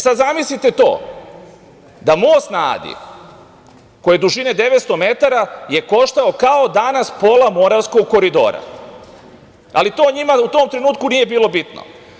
Sad, zamislite to da most na Adi koji je dužine 900 metara je koštao kao danas pola Moravskog koridora, ali to njima u tom trenutku nije bilo bitno.